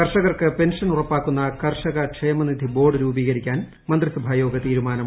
കർഷകർക്ക് പെൻ്ട്ഷൻ ഉറപ്പാക്കുന്ന കർഷകക്ഷേമ നിധി ന് ബോർഡ് രൂപീകരിക്കാൻ മന്ത്രിസഭായോഗ തീരുമാനം